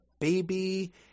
baby